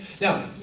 Now